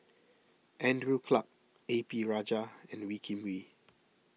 Andrew Clarke A P Rajah and Wee Kim Wee